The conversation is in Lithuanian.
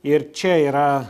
ir čia yra